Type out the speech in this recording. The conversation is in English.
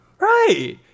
Right